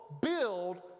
build